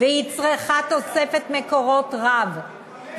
והיא צריכה תוספת מקורות רבה,